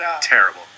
Terrible